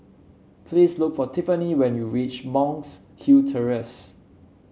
please look for Tiffany when you reach Monk's Hill Terrace